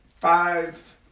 five